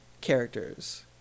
characters